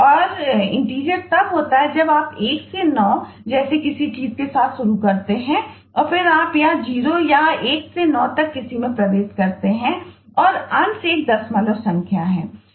और int तब होता है जब आप 1 से 9 जैसी किसी चीज़ के साथ शुरू करते हैं और फिर आप 0 या 1 से 9 तक किसी में प्रवेश करते हैं और अंश एक दशमलव संख्या है